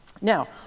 Now